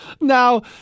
Now